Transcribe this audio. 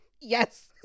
Yes